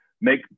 make